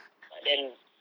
but then